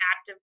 active